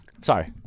Sorry